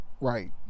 right